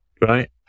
right